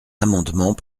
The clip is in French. amendements